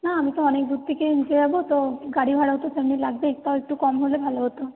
না আমি তো অনেক দূর থেকে নিতে যাবো তো গাড়ি ভাড়াও তো তেমনি লাগবে তাই একটু কম হলে ভালো হতো